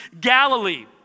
Galilee